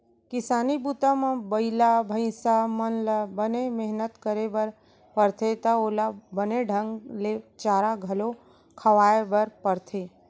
किसानी बूता म बइला भईंसा मन ल बने मेहनत करे बर परथे त ओला बने ढंग ले चारा घलौ खवाए बर परथे